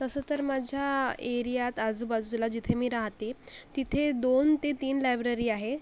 तसं तर माझ्या एरियात आजूबाजूला जिथे मी राहते तिथे दोन ते तीन लायब्ररी आहे